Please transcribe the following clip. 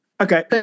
Okay